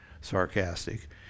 sarcastic